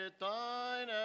thine